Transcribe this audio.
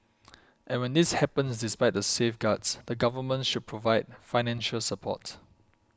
and when this happens despite the safeguards the Government should provide financial support